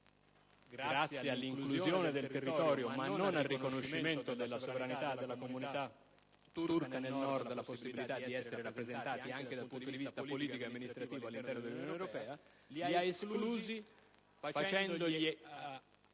grazie all'inclusione del territorio, ma non al riconoscimento della sovranità della comunità turca nel Nord - li ha esclusi dalla possibilità di essere rappresentati anche dal punto di vista politico e amministrativo all'interno dell'Unione europea, è stata fatta